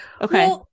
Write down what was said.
okay